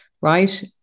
Right